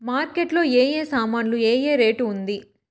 Market లో ఏ ఏ సామాన్లు ఏ ఏ రేటు ఉంది?